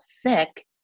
sick